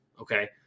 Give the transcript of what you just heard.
okay